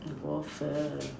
waffle